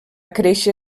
créixer